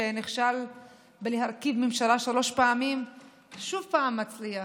שנכשל בלהרכיב ממשלה שלוש פעמים ושוב מצליח.